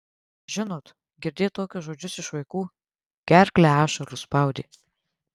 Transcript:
žinot girdėt tokius žodžius iš vaikų gerklę ašaros spaudė